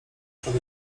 przed